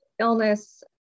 illness